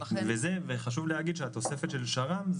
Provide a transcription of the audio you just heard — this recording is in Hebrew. חשוב לומר שהתוספת של שר"ם,